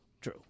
True